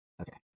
Okay